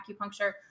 acupuncture